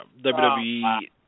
WWE